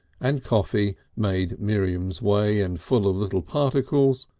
and coffee made miriam's way and full of little particles,